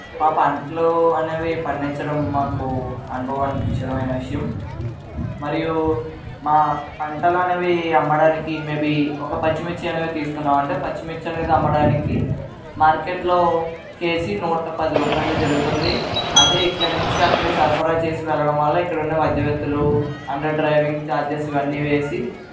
మా పంటలు అనేవి పండించడం మాకు అనుభవానికి చెందిన విషయం మరియు మా పంటలు అనేవి అమ్మడానికి మేబీ ఒక పచ్చిమిర్చి అనేది తీసుకున్నాం అంటే పచ్చిమిర్చి అనేది అమ్మడానికి మార్కెట్లో కేజీ నూట పది రూపాయలు జరుగుతుంది అదే ఇక్కడి నుంచి అక్కడికి సరఫరా చేసి వెళ్ళడం వల్ల ఇక్కడ ఉండే మధ్యవర్తులు అండర్ డ్రైవింగ్ చార్జెస్ ఇవన్నీ వేసి